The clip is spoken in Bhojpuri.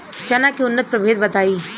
चना के उन्नत प्रभेद बताई?